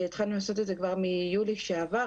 התחלנו לעשות את זה כבר מיולי שעבר.